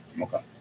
Okay